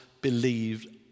believed